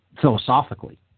philosophically